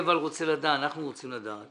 אנחנו רוצים לדעת